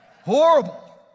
Horrible